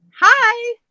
Hi